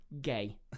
gay